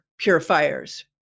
purifiers